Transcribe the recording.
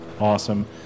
awesome